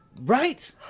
Right